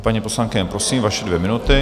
Paní poslankyně, prosím, vaše dvě minuty.